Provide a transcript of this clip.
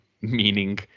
meaning